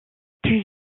plus